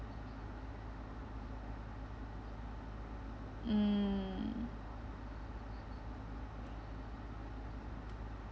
mm